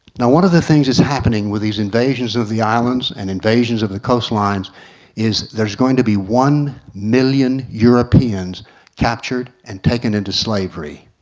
now one of the things that's happening with these invasions of the islands and invasions of the coastlines is, there's going to be one million europeans captured and taken into slavery.